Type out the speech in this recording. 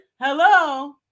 Hello